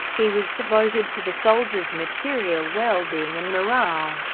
he was devoted to the soldiers' material well-being and morale,